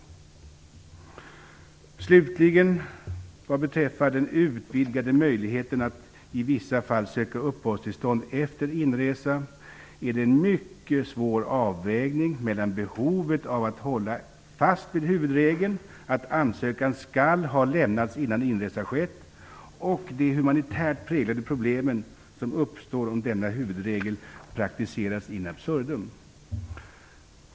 Vad slutligen beträffar den utvidgade möjligheten att i vissa fall söka uppehållstillstånd efter inresa innebär det en mycket svår avvägning mellan behovet av att hålla fast vid huvudregeln - att ansökan skall ha lämnats innan inresa skett - och de humanitärt präglade problem som uppstår om denna huvudregel praktiseras in absurdum.